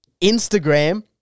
Instagram